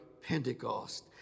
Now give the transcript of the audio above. Pentecost